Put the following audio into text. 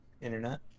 Internet